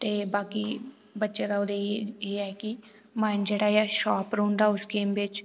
ते बाकी बच्चे दा ओह्दे च एह् ऐ कि माइंड जेह्ड़ा ऐ शॉर्प उस गेम बिच